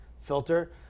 filter